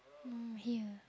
no here